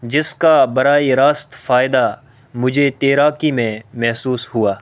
جس کا براہِ راست فائدہ مجھے تیراکی میں محسوس ہوا